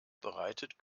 bereitet